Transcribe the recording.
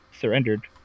surrendered